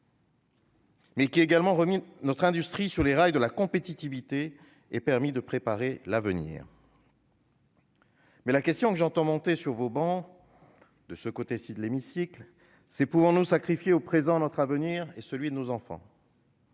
mais également remis notre industrie sur les rails de la compétitivité et permis de préparer l'avenir. Mais la question que j'entends monter du côté droit de l'hémicycle, c'est : pouvons-nous sacrifier au présent notre avenir et celui de nos enfants ?